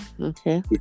okay